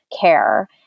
care